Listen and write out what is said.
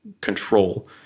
control